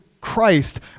Christ